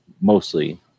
mostly